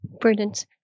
brilliant